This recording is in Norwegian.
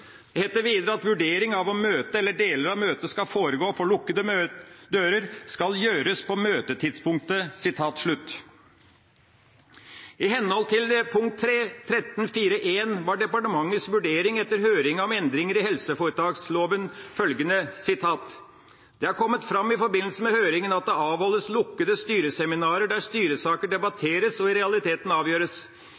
heter videre: «Vurderingen av om møtet eller deler av møtet skal foregå for lukkede dører, skal gjøres på møtetidspunktet.» I henhold til punkt 13.4.1 var departementets vurdering etter høring om endring i helseforetaksloven følgende: «Det har kommet frem i forbindelse med høringen at det avholdes lukkede styreseminarer der styresaker debatteres og i realiteten avgjøres.